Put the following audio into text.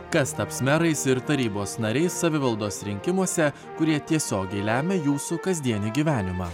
kas taps merais ir tarybos nariai savivaldos rinkimuose kurie tiesiogiai lemia jūsų kasdienį gyvenimą